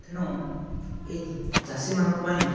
ତେଣୁ ଏଇ ଚାଷୀମାନଙ୍କ ପାଇଁ